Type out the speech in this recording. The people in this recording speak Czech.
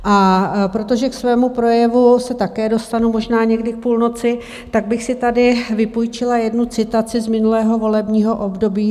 A protože k svému projevu se také dostanu možná někdy k půlnoci, tak bych si tady vypůjčila jednu citaci z minulého volebního období.